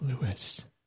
Lewis